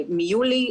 מיולי,